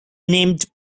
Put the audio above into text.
named